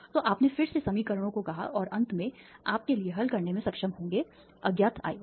तो आपने फिर से समीकरणों को कहा और अंत में आप के लिए हल करने में सक्षम होंगे अज्ञात I 1